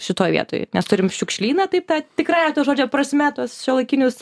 šitoj vietoj nes turim šiukšlyną taip tą tikrąja to žodžio prasme tuos šiuolaikinius